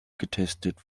getestet